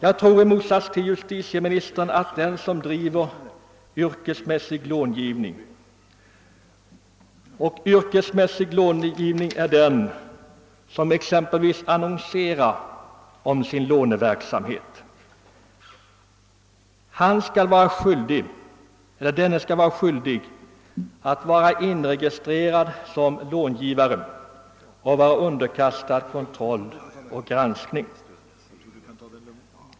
I motsats till justitieministern tror jag att den som driver yrkesmässig långivning — och yrkesmässig är den som exempelvis annonseras — bör vara inregistrerad som långivare och underkastad kontroll och granskning.